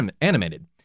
animated